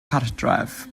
cartref